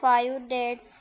five dates